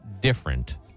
different